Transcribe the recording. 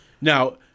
now